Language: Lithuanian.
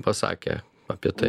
pasakė apie tai